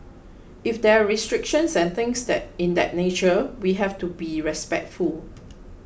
if there are restrictions and things in that nature we have to be respectful